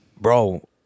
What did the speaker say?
Bro